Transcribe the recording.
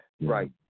Right